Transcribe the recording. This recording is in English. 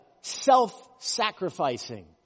self-sacrificing